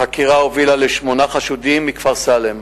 החקירה הובילה לשמונה חשודים מכפר-סאלם,